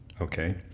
okay